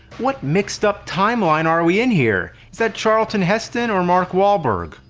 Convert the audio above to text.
what mixed up timeline are we in here? is that charlton heston or mark wahlberg?